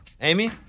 Amy